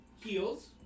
Heels